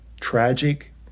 tragic